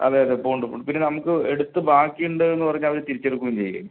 അതെ അതെ പോകുന്നുണ്ട് പോൺ പിന്നെ നമുക്ക് എടുത്ത് ബാക്കിയുണ്ടെന്ന് പറഞ്ഞാൽ അവര് തിരിച്ചെടുക്കുകയും ചെയ്യും